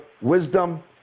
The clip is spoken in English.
wisdom